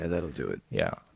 ah that'll do it. yeah.